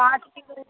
पाँच किलो